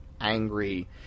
angry